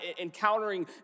encountering